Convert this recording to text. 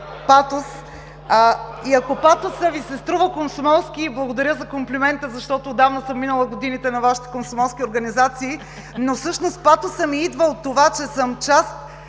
патос. Ако патосът Ви се струва комсомолски, благодаря за комплимента, защото отдавна съм минала годините на Вашите комсомолски организации. Но всъщност патосът ми идва от това, че съм част